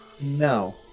No